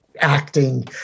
acting